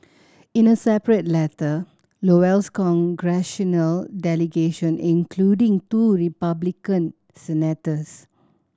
in a separate letter Iowa's congressional delegation including two Republican senators